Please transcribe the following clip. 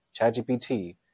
ChatGPT